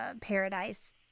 Paradise